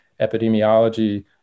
epidemiology